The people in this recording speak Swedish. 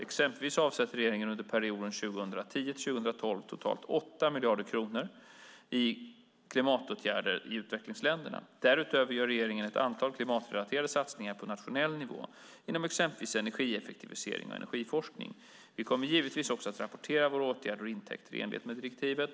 Exempelvis avsätter regeringen under perioden 2010-2012 totalt 8 miljarder kronor till klimatåtgärder i utvecklingsländer. Därutöver gör regeringen ett antal klimatrelaterade satsningar på nationell nivå, inom exempelvis energieffektivisering och energiforskning. Vi kommer givetvis också att rapportera om våra åtgärder och intäkter i enlighet med direktivet.